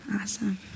Awesome